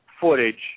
footage